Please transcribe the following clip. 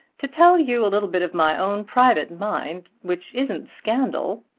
to tell you a little bit of my own private mind which isn't scandal,